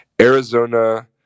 Arizona